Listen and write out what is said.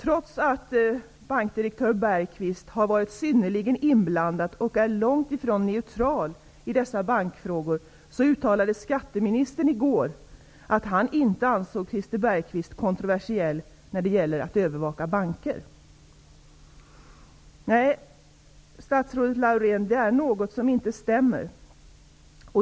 Trots att bankdirektör Christer Bergquist har varit synnerligen inblandad i aktuella bankfrågor och är långt ifrån neutral, uttalade skatteministern i går att han inte ansåg Christer Bergquist kontroversiell när det gäller att övervaka banker. Statsrådet Reidunn Laurén! Det är något som inte stämmer.